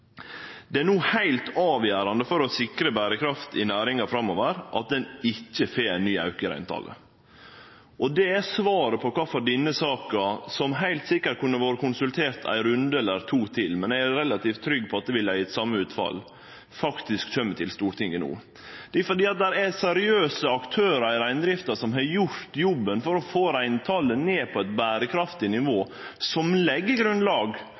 Det er no heilt avgjerande for å sikre berekraft i næringa framover at ein ikkje får ein ny auke i reintalet. Det er svaret på kvifor denne saka, som heilt sikkert kunne vore konsultert ein runde eller to til – men eg er relativt trygg på at det ville ha gjeve same utfall – faktisk kjem til Stortinget no. Det er fordi at der er seriøse aktørar i reindrifta som har gjort jobben for å få reintalet ned på eit berekraftig nivå, som legg grunnlag